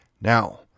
Now